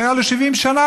שהייתה לו 70 שנה,